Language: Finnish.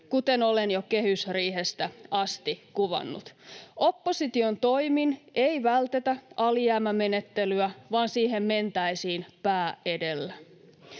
kuten olen jo kehysriihestä asti kuvannut. Opposition toimin ei vältetä alijäämämenettelyä vaan siihen mentäisiin pää edellä.